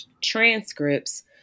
transcripts